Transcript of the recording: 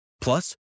Plus